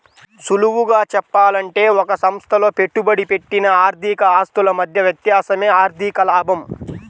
సులువుగా చెప్పాలంటే ఒక సంస్థలో పెట్టుబడి పెట్టిన ఆర్థిక ఆస్తుల మధ్య వ్యత్యాసమే ఆర్ధిక లాభం